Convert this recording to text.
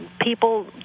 People